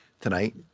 tonight